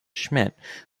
schmidt